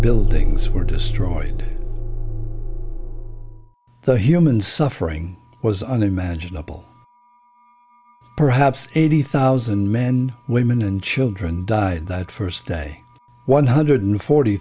buildings were destroyed the human suffering was unimaginable perhaps eighty thousand men women and children died that first day one hundred forty